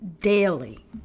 daily